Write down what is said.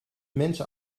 mensen